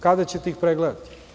Kada ćete ih pregledati?